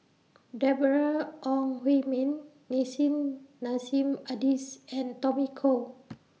Deborah Ong Hui Min Nissim Nassim Adis and Tommy Koh